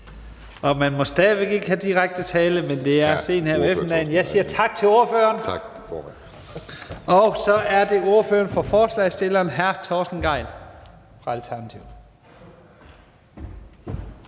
Man må stadig væk ikke bruge direkte tiltale, men det er sent på eftermiddagen. Jeg siger tak til ordføreren, og så er det ordføreren for forslagsstillerne, hr. Torsten Gejl fra Alternativet.